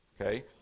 Okay